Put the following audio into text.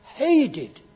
hated